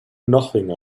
nothing